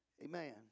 Amen